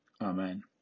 Amen